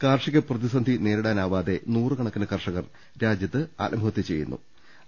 കാർഷിക പ്രതി സന്ധി നേരിടാനാവാതെ നൂറുകണക്കിന് കർഷകർ രാജ്യത്ത് ആത്മഹത്യ ചെയ്യുന്നുണ്ട്